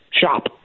shop